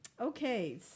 Okay